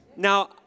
Now